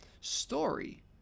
story